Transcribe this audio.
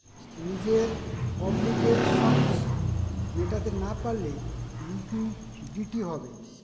নিজের অব্লিগেশনস মেটাতে না পারলে লিকুইডিটি হবে